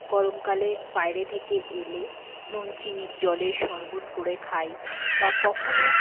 গরমকালে বাইরে থেকে এলে নুন চিনির জলের শরবত করে খাই বা কখনো